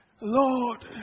lord